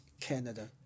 Canada